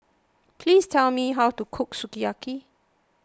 please tell me how to cook Sukiyaki